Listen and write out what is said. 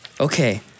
Okay